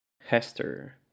Hester